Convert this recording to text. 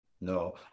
No